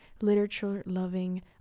literature-loving